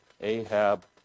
Ahab